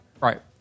Right